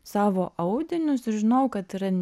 savo audinius ir žinojau kad yra